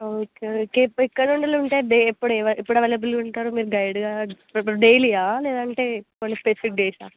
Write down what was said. okay okay ఇప్పుడు ఎక్కడ ఉండాలి ఉంటే అదే ఎప్పుడు ఎప్పుడు అవైలబుల్గా ఉంటారు మీరు గైడ్గా డైలీ ఆ లేదంటే కొన్నిస్పెసిఫిక్ డేస్ ఆ